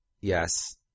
yes